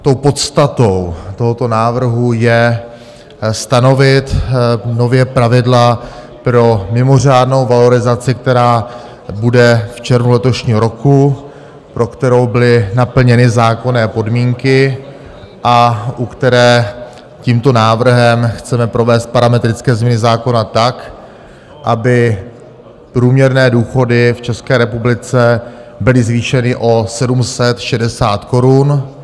Tou podstatou tohoto návrhu je stanovit nově pravidla pro mimořádnou valorizaci, která bude v červnu letošního roku, pro kterou byly naplněny zákonné podmínky a u které tímto návrhem chceme provést parametrické změny zákona tak, aby průměrné důchody v České republice byly zvýšeny o 760 korun.